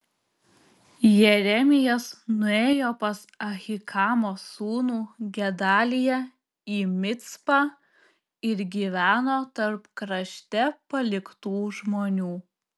jeremijas nuėjo pas ahikamo sūnų gedaliją į micpą ir gyveno tarp krašte paliktų žmonių